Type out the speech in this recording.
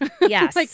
yes